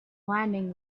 landing